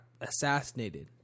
assassinated